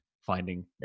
finding